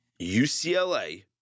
UCLA